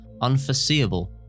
unforeseeable